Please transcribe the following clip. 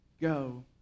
go